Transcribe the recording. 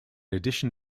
addition